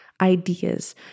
ideas